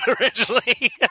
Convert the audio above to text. originally